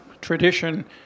tradition